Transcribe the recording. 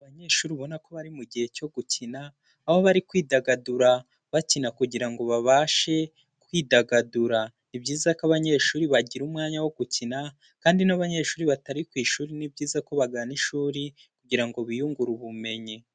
Abanyeshuri ubona ko bari mu gihe cyo gukina, aho bari kwidagadura bakina kugira ngo babashe kwidagadura, ni byiza ko abanyeshuri bagira umwanya wo gukina, kandi n'abanyeshuri batari ku ishuri ni byiza ko bagana ishuri kugira ngo biyungure ubumenyi.